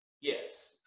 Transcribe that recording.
yes